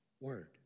word